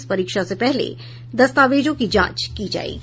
इस परीक्षा से पहले दस्तावेजों की जांच की जायेगी